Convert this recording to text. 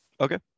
okay